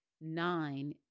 nine